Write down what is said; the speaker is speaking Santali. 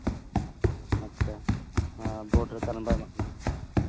ᱟᱪᱪᱷᱟ ᱟᱨ ᱵᱳᱨᱰ ᱨᱮ ᱠᱟᱨᱮᱱᱴ ᱵᱟᱭ ᱮᱢᱟᱜ ᱠᱟᱱᱟ